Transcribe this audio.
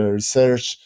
research